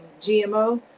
GMO